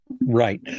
Right